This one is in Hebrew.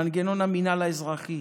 מנגנון המינהל האזרחי